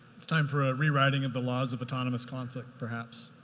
it's time for a rewriting of the laws of autonomous conflict, perhaps.